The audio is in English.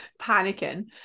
panicking